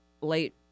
late